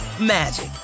magic